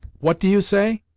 what do you say?